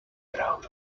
proud